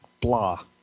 Blah